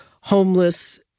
homeless